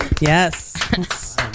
Yes